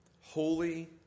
Holy